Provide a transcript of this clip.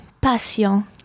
patient